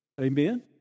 Amen